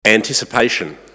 anticipation